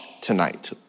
tonight